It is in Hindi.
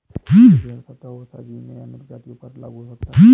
यद्यपि भेड़ शब्द ओविसा जीन में अन्य प्रजातियों पर लागू हो सकता है